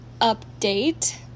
update